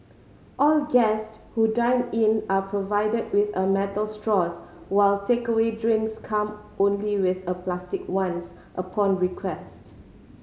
all guest who dine in are provided with a metal straws while takeaway drinks come only with a plastic ones upon request